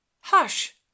hush